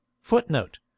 Footnote